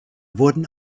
wurden